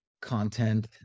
content